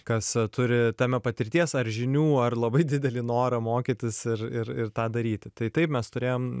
kas turi tame patirties ar žinių ar labai didelį norą mokytis ir ir ir tą daryti tai taip mes turėjom